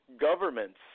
governments